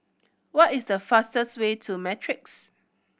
what is the fastest way to Matrix